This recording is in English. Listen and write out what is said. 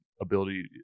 ability